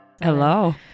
Hello